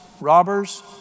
robbers